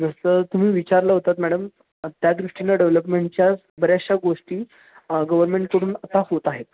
जसं तुम्ही विचारलं होतत मॅडम त्यादृष्टीनं डेव्हलपमेंटच्या बऱ्याचशा गोष्टी गव्हर्नमेंटकडून आता होत आहेत